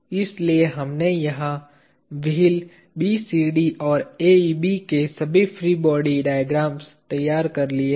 इसलिए हमने यहां व्हील BCD और AEB के सभी फ्री बॉडी डायग्राम तैयार किए हैं